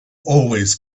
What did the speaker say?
always